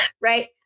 right